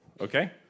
Okay